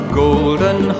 golden